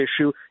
issue